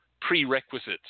prerequisites